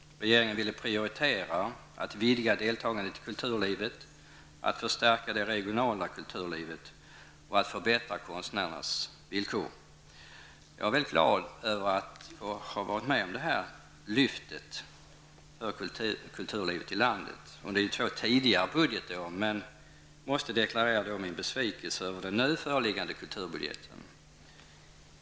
Regeringen ville prioritera att vidga deltagandet i kulturlivet, att förstärka det regionala kulturlivet och att förbättra konstnärernas villkor. Jag är glad att ha fått vara med om detta lyft för kulturen i landet under de två tidigare budgetåren, men jag måste deklarera min besvikelse över nu föreliggande kulturbudget.